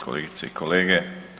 Kolegice i kolege.